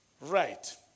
Right